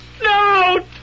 No